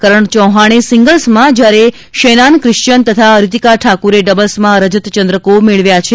કરણ ચૌહાણે સીંગલ્સમાં જયારે શેનાન ક્રિશ્વીયન તથા ઋતીકા ઠાકુરે ડબલ્સમાં રજતચંત્રકો મેળવ્યા છે